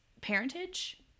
parentage